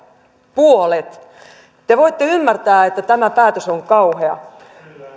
puolet te voitte ymmärtää että tämä päätös on kauhea